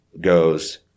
goes